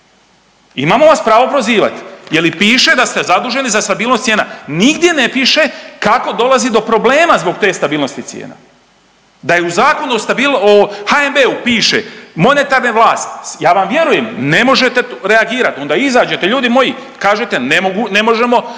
Imamo vas pravo prozivati. Je li piše da ste zaduženi za stabilnost cijena. Nigdje ne piše kako dolazi do problema zbog te stabilnosti cijena. Da je u zakonu o .../nerazumljivo/... HNB-u piše, monetarna vlast, ja vam vjerujem, ne možete reagirat, onda izađete, ljudi moji, kažete, ne mogu, ne